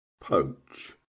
poach